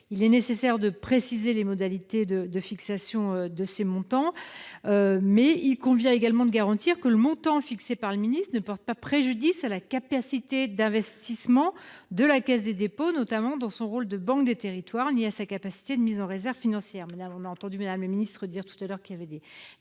effet nécessaire de préciser les modalités de fixation de ces montants. Il convient en particulier de garantir que le montant fixé par le ministre ne porte pas préjudice à la capacité d'investissement de la Caisse des dépôts, notamment dans son rôle de banque des territoires, ni à sa capacité de mise en réserve financière. Vous avez évoqué, madame la secrétaire d'État, des